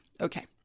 okay